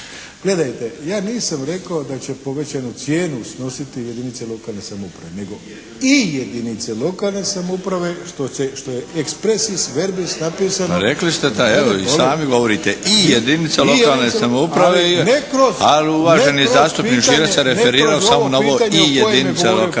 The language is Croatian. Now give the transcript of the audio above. Gledajte ja nisam rekao da će povećanu cijenu snositi jedinice lokalne samouprave nego i jedinice lokalne samouprave što je ekspresis verbis napisano … /Govornici govore u glas, ne razumije se./ … **Milinović, Darko (HDZ)** Rekli ste, evo i sami govorite i jedinica lokalne samouprave, ali uvaženi zastupnik Širac se referirao samo na ovo i jedinice lokalne